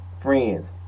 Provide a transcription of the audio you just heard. friends